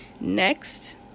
next